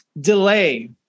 delay